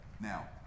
Now